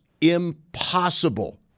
impossible